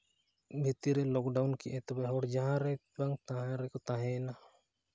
ᱵᱷᱤᱛᱤᱨ ᱨᱮ ᱞᱚᱠᱰᱟᱣᱩᱱ ᱠᱮᱫ ᱟᱭ ᱛᱚᱵᱮ ᱦᱚᱲ ᱡᱟᱦᱟᱸ ᱨᱮ ᱵᱟᱝ ᱡᱟᱦᱟᱸ ᱨᱮᱠᱚ ᱛᱟᱦᱮᱭᱮᱱᱟ